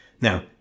Now